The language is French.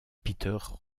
peter